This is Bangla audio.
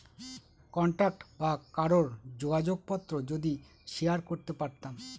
কন্টাক্ট বা কারোর যোগাযোগ পত্র যদি শেয়ার করতে পারতাম